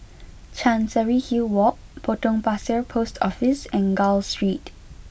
Chancery Hill Walk Potong Pasir Post Office and Gul Street